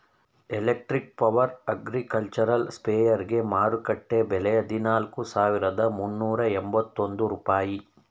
electric power agricultural ಸ್ಪ್ರೆಯರ್ಗೆ ಮಾರುಕಟ್ಟೆ ಬೆಲೆ ಹದಿನಾಲ್ಕು ಸಾವಿರದ ಮುನ್ನೂರ ಎಂಬತ್ತೊಂದು ರೂಪಾಯಿ